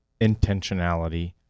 intentionality